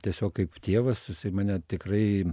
tiesiog kaip tėvas jisai mane tikrai